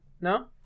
No